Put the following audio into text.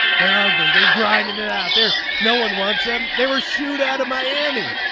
they're ugly. they're grinding it out there. no one wants them. they were shooed out of miami.